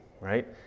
right